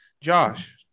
Josh